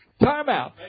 Timeout